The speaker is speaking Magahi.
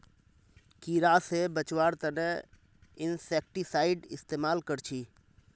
कीड़ा से बचावार तने इंसेक्टिसाइड इस्तेमाल कर छी